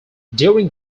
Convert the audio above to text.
during